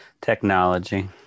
technology